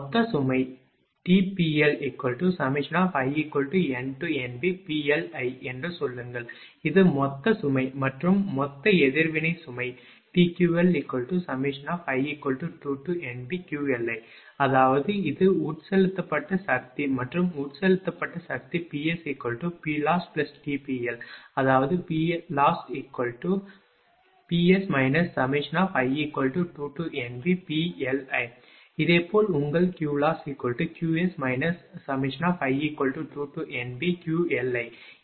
மொத்த சுமை TPLi2NBPLi என்று சொல்லுங்கள் இது மொத்த சுமை மற்றும் மொத்த எதிர்வினை சுமை TQLi2NBQLi அதாவது இது உட்செலுத்தப்பட்ட சக்தி மற்றும் உட்செலுத்தப்பட்ட சக்தி PsPlossTPL அதாவது PlossPs i2NBPLi இதேபோல் உங்கள் QlossQs i2NBQLi